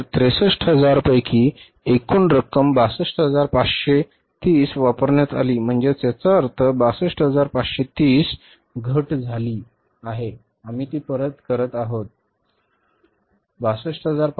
तर 63000 पैकी एकूण रक्कम 62530 वापरण्यात आली म्हणजे याचा अर्थ 62530 घट झाली आहे आम्ही ती परत परत करत आहोत